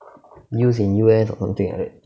news in U_S or something like that